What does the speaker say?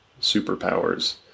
superpowers